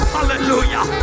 Hallelujah